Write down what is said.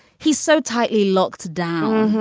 he's so tightly locked down.